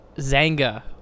Zanga